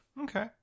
Okay